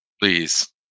please